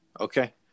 Okay